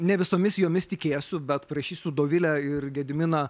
ne visomis jomis tikėsiu bet prašysiu dovilę ir gediminą